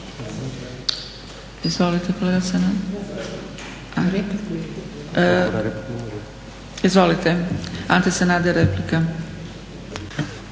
Izvolite kolega Sanader. Izvolite. Ante Sanader, replika.